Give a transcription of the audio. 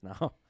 now